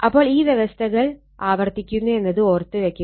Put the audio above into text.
അപ്പോൾ ഈ വ്യവസ്ഥകൾ ആവർത്തിക്കുന്നു എന്നത് ഓർത്ത് വെക്കുക